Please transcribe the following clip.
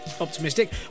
optimistic